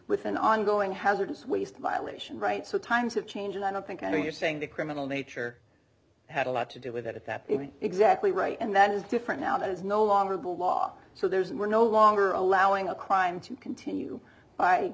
with an ongoing hazardous waste violation right so times have changed i don't think i mean you're saying the criminal nature had a lot to do with it that it was exactly right and that is different now that is no longer bill law so there's we're no longer allowing a crime to continue by